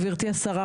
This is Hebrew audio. גברתי השרה,